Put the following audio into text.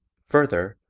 further,